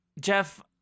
Jeff